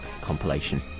compilation